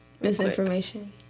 Misinformation